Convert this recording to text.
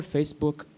Facebook